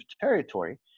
territory